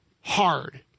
hard